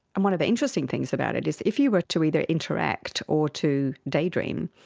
and one of the interesting things about it is if you were to either interact or to daydream,